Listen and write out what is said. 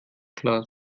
klar